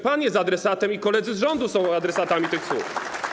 Pan jest adresatem i koledzy z rządu są adresatami tych słów.